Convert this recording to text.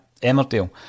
Emmerdale